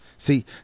See